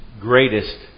greatest